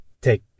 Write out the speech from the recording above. take